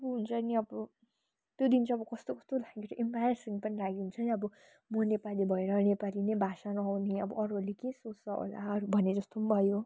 अब हुन्छ नि अब त्यो दिन चाहिँ अब कस्तो कस्तो लाग्यो इम्ब्यारासिङ पनि लाग्यो हुन्छ नि अब म नेपाली भएर नेपाली नै भाषा नआउने अब अरूहरूले के सोच्छ होला भने जस्तो पनि भयो